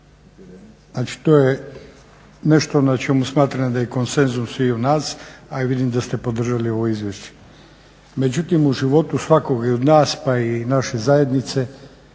Znači to je nešto na čemu smatram da je konsenzus i u nas a i vidim da ste podržali ovo izvješće. Međutim u životu svakog i od nas pa i naše zajednice